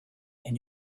and